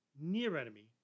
near-enemy